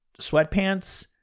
sweatpants